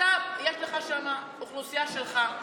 יש לך שם אוכלוסייה שלך.